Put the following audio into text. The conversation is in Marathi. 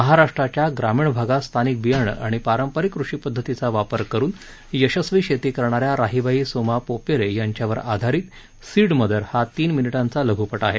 महाराष्ट्राच्या ग्रामीण भागात स्थानिक बियाणं आणि पारंपरिक कृषी पदधतीचा वापर करून यशस्वी शेती करणाऱ्या राहीबाई सोमा पोपेरे यांच्या वर आधारित सीड मदर हा तीन मिनिटांचा लघ्पट आहे